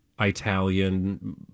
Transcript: Italian